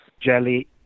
jelly